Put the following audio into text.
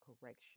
correction